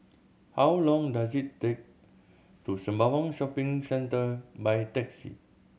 how long does it take to Sembawang Shopping Centre by taxi